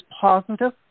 positive